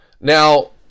Now